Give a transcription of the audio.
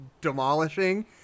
demolishing